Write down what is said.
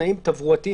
תנאים תברואתיים